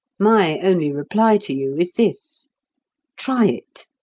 my only reply to you is this try it.